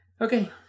Okay